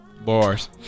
Bars